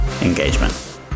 engagement